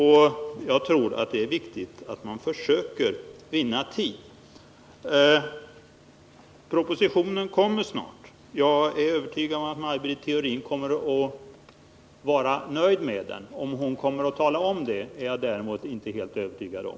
Jag tror det är viktigt att man försöker vinna tid. Propositionen kommer snart. Jag är övertygad om att Maj Britt Theorin kommer att bli nöjd med den. Att hon kommer att tala om det är jag däremot inte helt övertygad om.